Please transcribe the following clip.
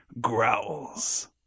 growls